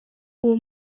uwo